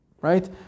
right